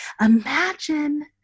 imagine